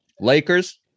Lakers